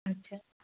अच्छा